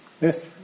Yes